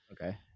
okay